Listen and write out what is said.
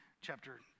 chapter